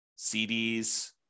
CDs